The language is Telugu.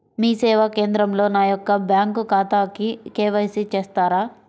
మీ సేవా కేంద్రంలో నా యొక్క బ్యాంకు ఖాతాకి కే.వై.సి చేస్తారా?